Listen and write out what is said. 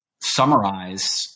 summarize